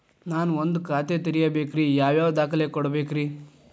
ನಾನ ಒಂದ್ ಖಾತೆ ತೆರಿಬೇಕಾದ್ರೆ ಯಾವ್ಯಾವ ದಾಖಲೆ ಕೊಡ್ಬೇಕ್ರಿ?